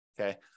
okay